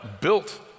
built